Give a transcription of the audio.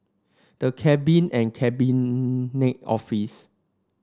the Cabin and Cabinet Office